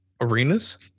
arenas